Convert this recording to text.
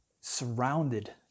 surrounded